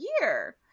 year